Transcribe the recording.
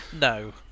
No